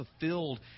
fulfilled